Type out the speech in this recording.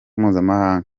mpuzamahanga